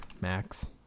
Max